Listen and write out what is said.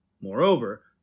Moreover